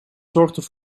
zorgden